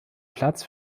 platz